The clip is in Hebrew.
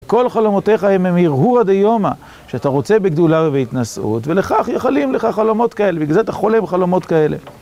כל חלומותיך הם מהירהורא דיומא, שאתה רוצה בגדולה ובהתנשאות, ולכך מייחלים לך חלומות כאלה, בגלל זה אתה חולם חלומות כאלה